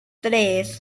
tres